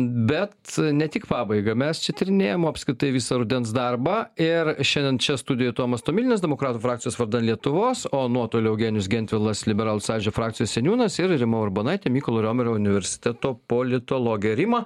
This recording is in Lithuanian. bet ne tik pabaigą mes čia tyrinėjim o apskritai visą rudens darbą ir šiandien čia studijoj tomas tomilinas demokratų frakcijos vardan lietuvos o nuotoliu eugenijus gentvilas liberalų sąjūdžio frakcijos seniūnas ir rima urbonaitė mykolo romerio universiteto politologė rima